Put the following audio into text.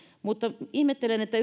mutta ihmettelen että